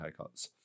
haircuts